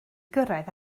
gyrraedd